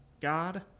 God